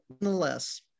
nonetheless